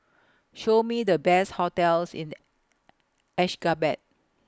Show Me The Best hotels in Ashgabat